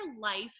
life